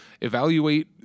Evaluate